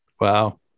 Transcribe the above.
Wow